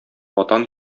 ватан